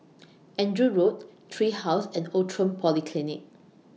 Andrew Road Tree House and Outram Polyclinic